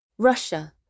Russia